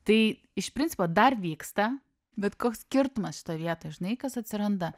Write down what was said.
tai iš principo dar vyksta bet koks skirtumas šitoj vietoj žinai kas atsiranda